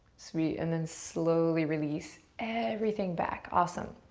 sweet, and then slowly release everything back. awesome,